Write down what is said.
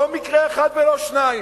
לא מקרה אחד ולא שניים.